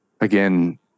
again